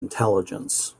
intelligence